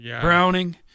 Browning